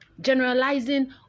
generalizing